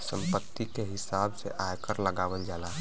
संपत्ति के हिसाब से आयकर लगावल जाला